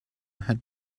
had